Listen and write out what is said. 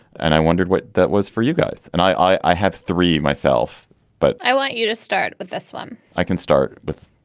and i wondered what that was for you guys. and i i have three myself but i want you to start with this one i can start with